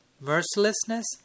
Mercilessness